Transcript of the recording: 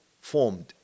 formed